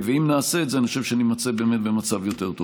אם נעשה את זה אני חושב שנימצא באמת במצב יותר טוב.